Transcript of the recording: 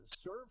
Serve